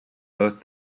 both